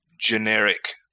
generic